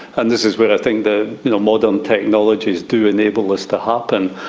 and this is where i think the you know modern technologies do enable this to happen.